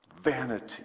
vanity